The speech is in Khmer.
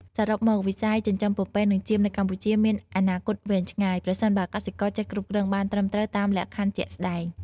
សរុបមក វិស័យចិញ្ចឹមពពែនិងចៀមនៅកម្ពុជាមានអនាគតវែងឆ្ងាយ ប្រសិនបើកសិករចេះគ្រប់គ្រងបានត្រឹមត្រូវតាមលក្ខខណ្ឌជាក់ស្តែង។